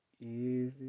Easy